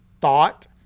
thought